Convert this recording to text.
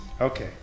okay